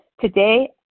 Today